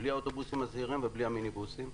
בלי האוטובוסים הזעירים ובלי המיניבוסים.